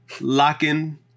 locking